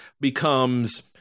becomes